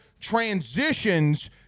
transitions